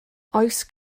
oes